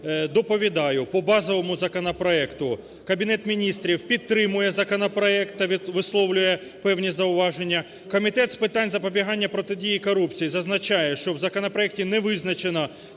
Доповідаю по базовому законопроекту. Кабінет Міністрів підтримує законопроект та висловлює певні зауваження. Комітет з питань запобігання і протидії корупції зазначає, що в законопроекті невизначено